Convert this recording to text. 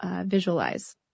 visualize